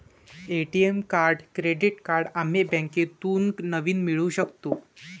ATM card credit card आम्ही बँकेतून नवीन मिळवू शकतो